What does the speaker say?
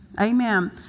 Amen